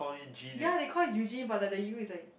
ya they call Eugene but like the U is like